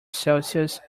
celsius